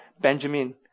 Benjamin